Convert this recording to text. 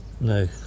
No